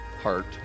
heart